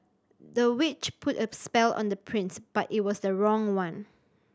the witch put a spell on the prince but it was the wrong one